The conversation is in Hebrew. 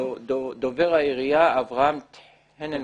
דובר העירייה, אברהם טננבוים.